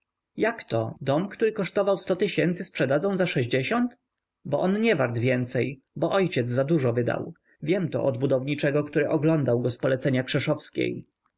jakto dom który kosztował sto tysięcy sprzedadzą za sześćdziesiąt bo on nie wart więcej bo ojciec zadużo wydał wiem to od budowniczego który oglądał go z polecenia krzeszowskiej